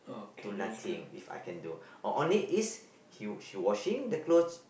do nothing If I can do only is is she washing the clothes